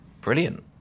brilliant